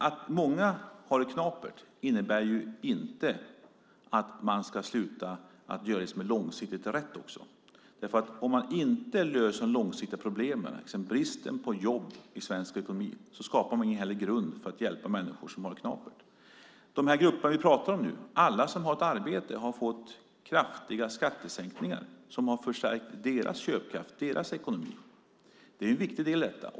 Att många har det knapert innebär inte att man ska sluta göra det som även långsiktigt är rätt. Om man inte löser de långsiktiga problemen, exempelvis bristen på jobb i svensk ekonomi, skapar man heller ingen grund för att kunna hjälpa människor som har det knapert. De grupper vi nu talar om, alla de som har ett arbete, har fått kraftiga skattesänkningar som förstärkt deras köpkraft, deras ekonomi. Det är en viktig del i detta.